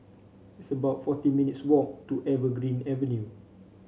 it's about forty minutes' walk to Evergreen Avenue